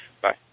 Bye